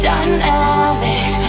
Dynamic